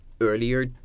earlier